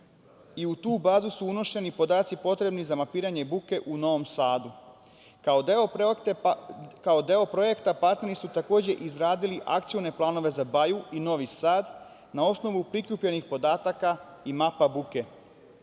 i u tu bazu su unošeni podaci potrebni za mapiranje buke u Novom Sadu. Kao deo projekta partneri su takođe izradili akcione planove za Baju i Novi Sad, na osnovu prikupljenih podataka i mapa buke.U